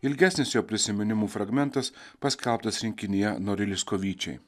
ilgesnis jo prisiminimų fragmentas paskelbtas rinkinyje norilsko vyčiai